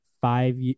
five